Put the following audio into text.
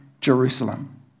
Jerusalem